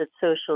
Social